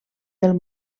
del